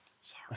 sorry